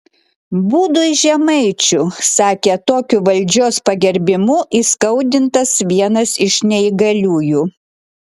būdui žemaičių sakė tokiu valdžios pagerbimu įskaudintas vienas iš neįgaliųjų